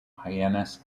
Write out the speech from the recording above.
hyannis